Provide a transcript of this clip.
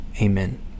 Amen